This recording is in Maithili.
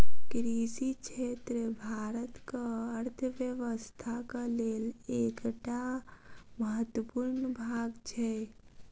कृषि क्षेत्र भारतक अर्थव्यवस्थाक लेल एकटा महत्वपूर्ण भाग छै